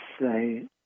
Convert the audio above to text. say